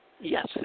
Yes